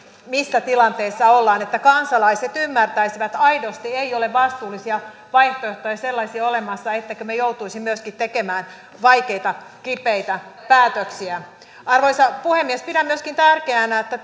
missä tilanteessa ollaan että kansalaiset ymmärtäisivät aidosti että ei ole sellaisia vastuullisia vaihtoehtoja olemassa ettemmekö me joutuisi myöskin tekemään vaikeita kipeitä päätöksiä arvoisa puhemies pidän tärkeänä myöskin sitä että